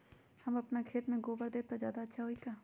हम अपना खेत में गोबर देब त ज्यादा अच्छा होई का?